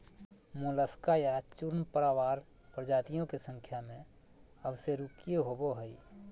Mollusca या चूर्णप्रावार प्रजातियों के संख्या में अकशेरूकीय होबो हइ